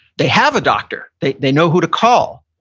they have a doctor, they they know who to call.